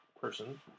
person